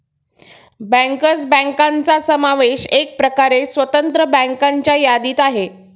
bankers बँकांचा समावेश एकप्रकारे स्वतंत्र बँकांच्या यादीत आहे